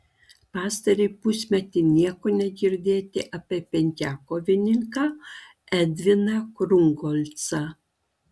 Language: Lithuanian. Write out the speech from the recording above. pastarąjį pusmetį nieko negirdėti apie penkiakovininką edviną krungolcą